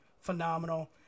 phenomenal